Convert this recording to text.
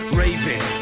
raving